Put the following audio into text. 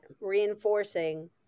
reinforcing